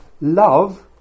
love